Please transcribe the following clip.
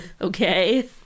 Okay